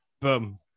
Boom